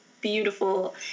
beautiful